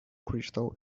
crystal